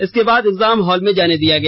इसके बाद exam hall में जाने दिया गया